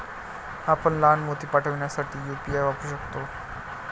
आपण लहान मोती पाठविण्यासाठी यू.पी.आय वापरू शकता